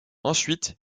ensuite